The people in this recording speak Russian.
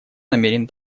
намерен